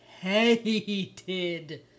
hated